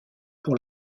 pour